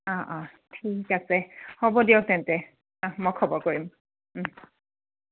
অঁ অঁ ঠিক আছে হ'ব দিয়ক তেন্তে মই খবৰ কৰিম